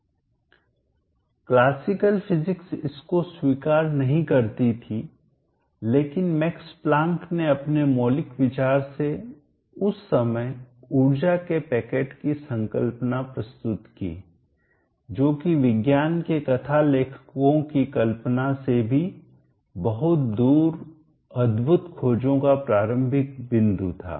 quantum mechanics समीकरण का screenshot लगाएँ क्लासिकल फिजिक्स इसको स्वीकार नहीं करती थी लेकिन मैक्स प्लांक ने अपने मौलिक विचार से उस समय ऊर्जा के पैकेट की संकल्पना प्रस्तुत की जो कि विज्ञान के कथा लेखकों की कल्पना से भी बहुत दूर अद्भुत खोजों का प्रारंभिक बिंदु था